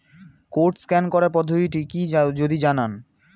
Code scan করার পদ্ধতিটি কি যদি জানান?